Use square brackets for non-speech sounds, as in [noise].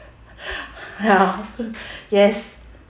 [laughs] ya yes